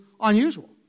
unusual